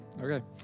okay